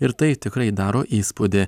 ir tai tikrai daro įspūdį